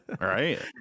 right